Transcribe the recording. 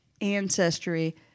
ancestry